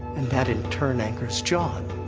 and that, in turn, angers jon.